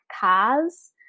cars